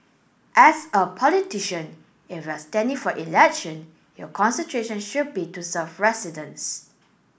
as a politician if you are standing for election your concentration should be to serve residents